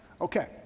okay